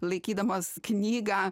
laikydamas knygą